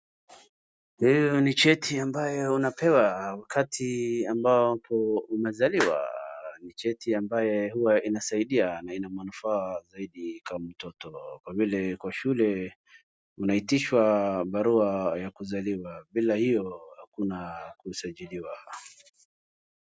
Hii ni cheti ambayo unapewa wakati ambao mtu umezaliwa. Ni cheti ambaye huwa inasaidia na inamanufaa zaidi kwa mtoto kwa vile kwa shule unaitishwa barua ya kuzaliwa. Bila hiyo hakuna kusajiliwa.